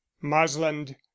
marsland